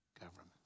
government